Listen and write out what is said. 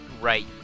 Right